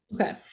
okay